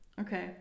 okay